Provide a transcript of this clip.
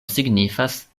signifas